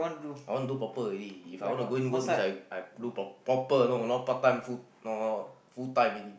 I want to do proper already If I want to go in work it's like I'm do pro~ proper no no part time full no full time already